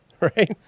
right